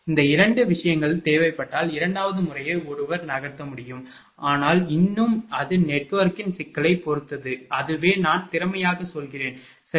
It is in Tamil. இந்த 2 விஷயங்கள் தேவைப்பட்டால் இரண்டாவது முறையை ஒருவர் நகர்த்த முடியும் ஆனால் இன்னும் அது நெட்வொர்க்கின் சிக்கலைப் பொறுத்தது அதுவே நான் திறமையாகச் சொல்கிறேன் சரி